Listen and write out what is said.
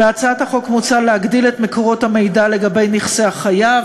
המונחת לפניכם מוצע להסדיר את פעילות החברות